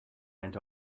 went